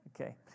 Okay